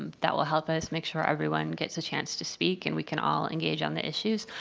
um that will help us make sure everyone gets a chance to speak and we can all engage on the issues.